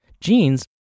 genes